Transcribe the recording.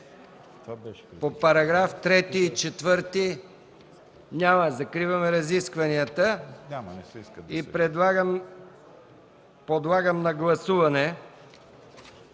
по параграфи 3 и 4? Няма. Закривам разискванията. Подлагам на гласуване